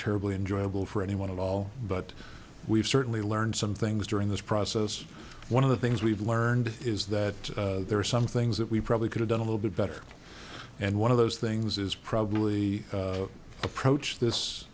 terribly enjoyable for anyone at all but we've certainly learned some things during this process one of the things we've learned is that there are some things that we probably could have done a little bit better and one of those things is probably approach